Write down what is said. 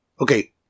Okay